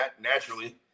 naturally